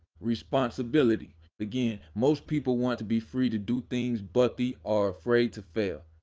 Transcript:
responsibility again, most people want to be free to do things butthey are afraid to fail.